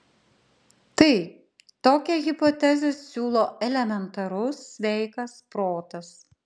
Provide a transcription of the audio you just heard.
taip tokią hipotezę siūlo elementarus sveikas protas